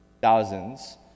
Thousands